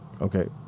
Okay